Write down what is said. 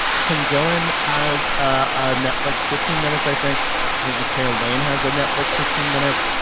tim dillon has ah netflix fifteen minutes, i think. i think matteo lane has a netflix fifteen minutes.